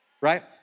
right